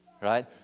Right